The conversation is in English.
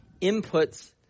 inputs